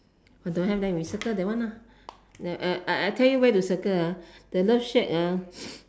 don't have then we circle that one lah then I I I tell you where to circle ah the love shack ah